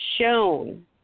shown